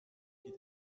geht